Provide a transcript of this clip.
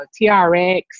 TRX